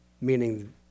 meaning